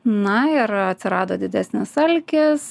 na ir atsirado didesnis alkis